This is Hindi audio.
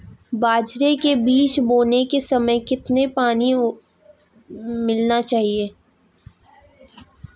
बाजरे के बीज बोते समय कितना पानी मिलाना चाहिए?